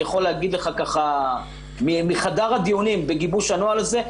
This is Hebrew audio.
אני יכול להגיד לך מחדר הדיונים בגיבוש הנוהל הזה,